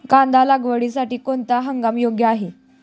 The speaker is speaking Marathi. कांदा लागवडीसाठी कोणता हंगाम योग्य आहे?